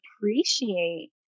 appreciate